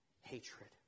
hatred